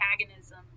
antagonism